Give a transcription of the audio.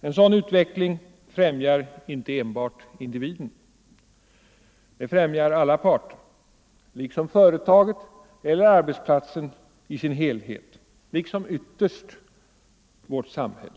En sådan utveckling främjar inte enbart individen, utan den främjar alla parter — företaget, arbetsplatsen i sin helhet, liksom ytterst vårt samhälle.